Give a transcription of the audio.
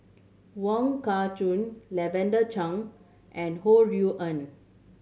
Wong Kah Chun Lavender Chang and Ho Rui An